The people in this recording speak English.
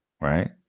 right